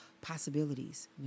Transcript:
possibilities